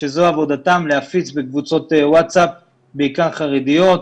שזו עבודתם, להפיץ בקבוצות ווטסאפ, בעיקר חרדיות,